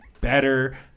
better